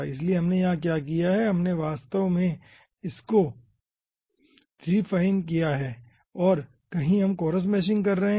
इसलिए हमने क्या किया है हमने वास्तव में इस को रीफाइन किया हैं और कहीं हम कोरस मेशिंग कर रहे हैं